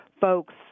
folks